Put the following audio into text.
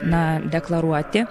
na deklaruoti